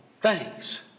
thanks